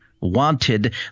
wanted